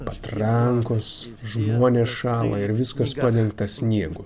patrankos žmonės šąla ir viskas padengta sniegu